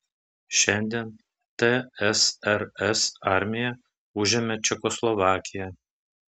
šiandien tsrs armija užėmė čekoslovakiją